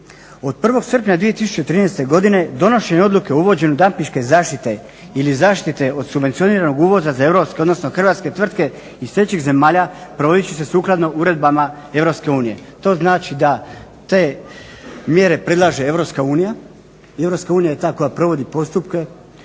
Od 1. srpnja 2013. godine donošenje odluke o uvođenju dampiške zaštite ili zaštite od subvencioniranog uvoza za europske, odnosno hrvatske tvrtke iz trećih zemalja provodit će se sukladno uredbama EU. To znači da te mjere predlaže EU i EU je ta koja provodi postupke,